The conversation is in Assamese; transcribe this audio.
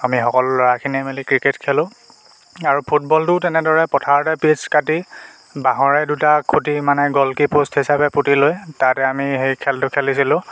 আমি সকলো ল'ৰাখিনিয়ে মিলি ক্ৰিকেট খেলোঁ আৰু ফুটবলটো তেনেদৰে পথাৰতে পিটছ কাটি বাঁহৰে দুটা খুঁটি মানে গলকি পোষ্ট হিচাপে পুতি লৈ তাতে আমি সেই খেলটো খেলিছিলোঁ